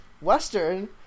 Western